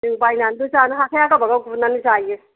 जों बायनानैबो जानो हाखाया गावबागाव गुरनानै जायो